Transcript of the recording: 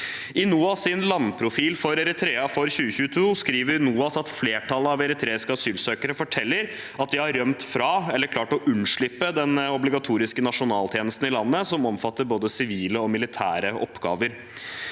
I NOAS’ landprofil for Eritrea for 2022 skriver NOAS at flertallet av eritreiske asylsøkere forteller at de har rømt fra eller klart å unnslippe den obligatoriske nasjonaltjenesten i landet, som omfatter både sivile og militære oppgaver.